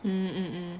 mm mm mm